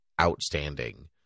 outstanding